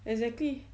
exactly